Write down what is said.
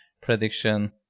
prediction